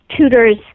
tutors